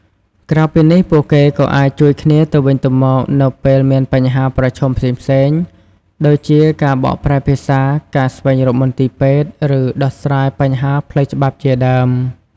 ក្រៅពីនេះ ពួកគេក៏អាចជួយគ្នាទៅវិញទៅមកនៅពេលមានបញ្ហាប្រឈមផ្សេងៗ ដូចជាការបកប្រែភាសា ការស្វែងរកមន្ទីរពេទ្យ ឬដោះស្រាយបញ្ហាផ្លូវច្បាប់ជាដើម ។